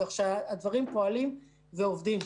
הדברים פועלים ועובדים.